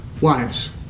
wives